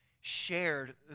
shared